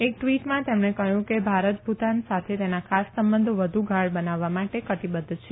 એક ટવીટમાં તેમણે કહ્યું કે ભારત ભુતાન સાથે તેના ખાસ સંબંધો વધુ ગાઢ બનાવવા માટે કટીબધ્ધ છે